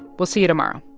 we'll see you tomorrow